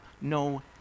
no